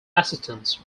assistants